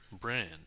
brand